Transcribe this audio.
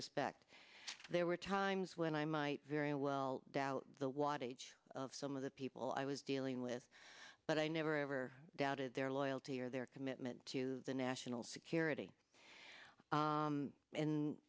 respect there were times when i might very well doubt the water's edge of some of the people i was dealing with but i never ever doubted their loyalty or their commitment to the national security